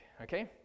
okay